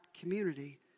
community